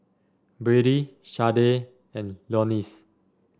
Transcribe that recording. Brady Sharday and Leonce